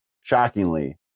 shockingly